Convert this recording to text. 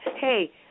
hey